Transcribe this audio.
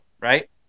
right